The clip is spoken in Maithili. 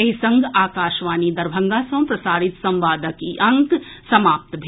एहि संग आकाशवाणी दरभंगा सँ प्रसारित संवादक ई अंक समाप्त भेल